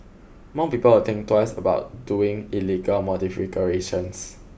more people will think twice about doing illegal modifications